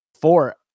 four